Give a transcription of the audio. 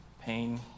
pain